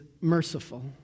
merciful